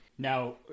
Now